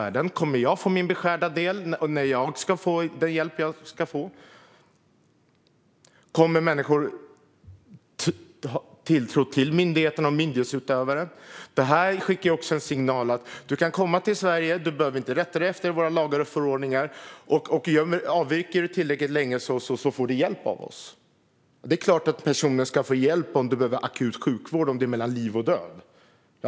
De undrar om de kommer att få sin beskärda del när de behöver hjälp. Kommer människor att ha tilltro till myndigheterna och myndighetsutövarna? Detta skickar också en signal om att man kan komma till Sverige och inte behöver rätta sig efter våra lagar och förordningar, och om man avviker tillräckligt länge får man hjälp. Det är klart att människor ska få hjälp om de behöver akut sjukvård och om det handlar om liv och död. Det är en sak.